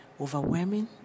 overwhelming